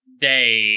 day